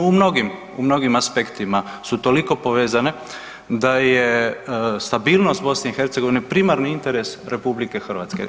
U mnogim aspektima su toliko povezane da je stabilnost BiH primarni interes RH.